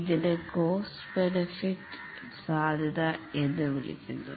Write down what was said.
ഇതിന് cost benefit സാധ്യത എന്നും വിളിക്കുന്നു